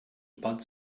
bud